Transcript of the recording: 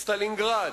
סטלינגרד.